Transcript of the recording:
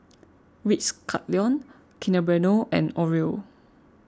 Ritz Carlton Kinder Bueno and Oreo